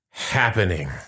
happening